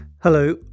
Hello